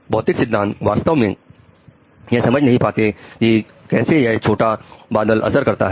भौतिक सिद्धांत वास्तव में यह समझा नहीं पाते कि कैसे यह छोटा बादल असर करता है